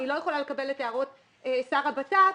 אני לא יכולה לקבל את הערות שר הבט"פ,